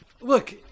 Look